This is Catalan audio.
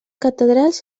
catedrals